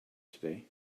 today